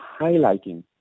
highlighting